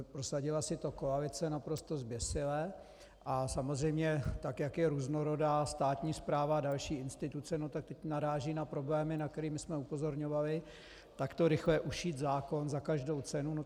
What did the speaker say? Prosadila si to koalice naprosto zběsile a samozřejmě, tak jak je různorodá státní správa a další instituce, no tak teď naráží na problémy, na které jsme upozorňovali, takto rychle ušít zákon za každou cenu.